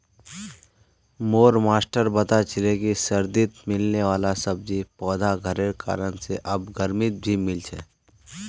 मोर मास्टर बता छीले कि सर्दित मिलने वाला सब्जि पौधा घरेर कारण से आब गर्मित भी मिल छे